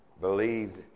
believed